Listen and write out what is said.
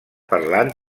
parlant